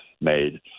made